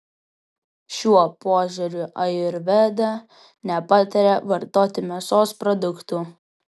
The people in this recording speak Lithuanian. šiuo požiūriu ajurveda nepataria vartoti mėsos produktų